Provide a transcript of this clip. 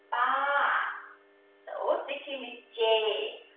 ah so sixteen is j,